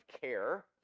care